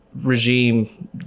regime